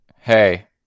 Hey